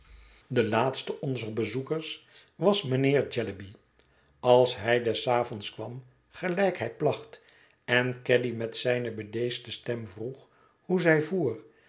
de laatste onzer bezoekers was mijnheer jellyby als hij des avonds kwam gelijk hij placht en caddy met zijne bedeesde stem vroeg hoe zij voer